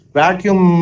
vacuum